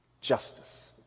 justice